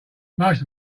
most